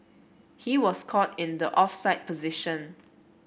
he was caught in the offside position